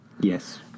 Yes